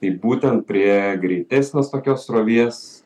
tai būtent prie greitesnės tokios srovės